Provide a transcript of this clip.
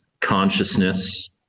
consciousness